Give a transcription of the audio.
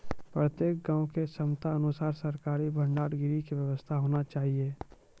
प्रत्येक गाँव के क्षमता अनुसार सरकारी भंडार गृह के व्यवस्था होना चाहिए?